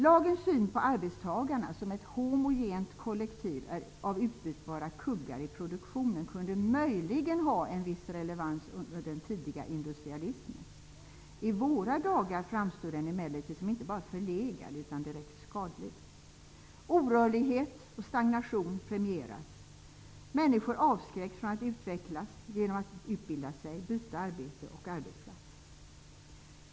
Lagens syn på arbetstagarna som ett homogent kollektiv av utbytbara kuggar i produktionen kunde möjligen ha en viss relevans under den tidiga industrialismen. I våra dagar framstår den emellertid som inte bara förlegad utan direkt skadlig. Orörlighet och stagnation premieras. Människor avskräcks från att utvecklas genom att utbilda sig, byta arbete och arbetsplats.